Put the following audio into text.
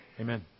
Amen